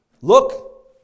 Look